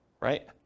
Right